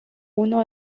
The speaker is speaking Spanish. uno